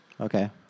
Okay